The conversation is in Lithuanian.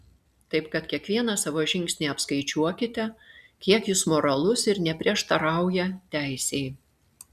taip kad kiekvieną savo žingsnį apskaičiuokite kiek jis moralus ir neprieštarauja teisei